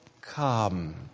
come